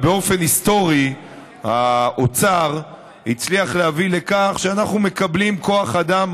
אבל באופן היסטורי האוצר הצליח להביא לכך שאנחנו מקבלים מצה"ל כוח אדם